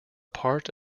part